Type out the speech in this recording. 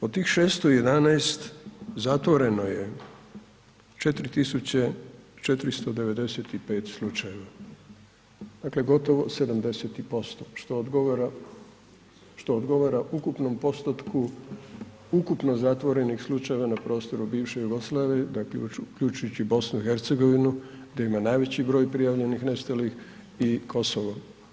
Od tih 6.511 zatvoreno je 4.495 slučajeva, dakle gotovo 70% što odgovara ukupnom postotku ukupno zatvorenih slučajeva na prostoru bivše Jugoslavije dakle uključujući i BiH gdje ima najveći broj prijavljenih nestalih i Kosovo.